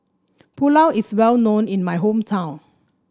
Pulao is well known in my hometown